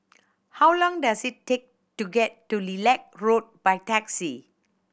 how long does it take to get to Lilac Road by taxi